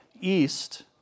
east